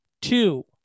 Two